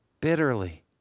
bitterly